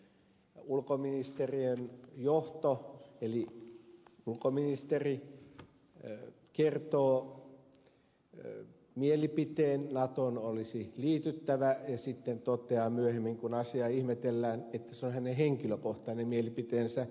ulkoministeriön johto eli ulkoministeri kertoo mielipiteen natoon olisi liityttävä ja sitten toteaa myöhemmin kun asiaa ihmetellään että se on hänen henkilökohtainen mielipiteensä